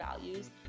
values